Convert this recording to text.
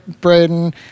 Braden